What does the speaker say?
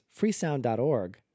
freesound.org